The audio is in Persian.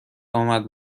آمد